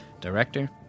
Director